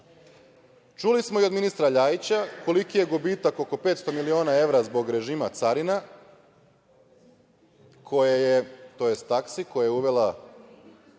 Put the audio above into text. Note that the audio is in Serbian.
smo i od ministara Ljajića koliki je gubitak oko 500 miliona evra zbog režima carina, tj. taksi koje je uvela